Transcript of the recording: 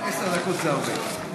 עשר דקות זה הרבה.